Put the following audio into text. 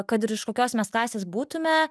kad ir iš kokios mes klasės būtume